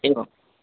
एवम्